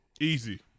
Easy